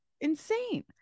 Insane